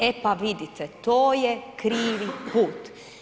E pa vidite, to je krivi put.